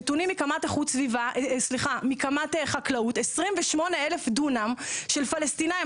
נתונים מקמ"ט חקלאות - 28 אלף דונם של פלסטינים,